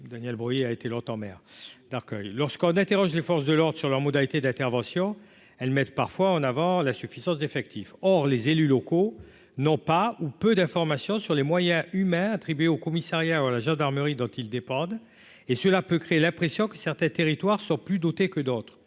Daniel Breuiller a été longtemps maire d'Arcueil lorsqu'on interroge les forces de l'ordre sur leurs modalités d'intervention, elles mettent parfois en avant la suffisance d'effectifs, or les élus locaux. Non, pas ou peu d'informations sur les moyens humains attribué au commissariat ou à la gendarmerie dont ils dépendent et cela peut créer l'impression que certains territoires sont plus douter que d'autres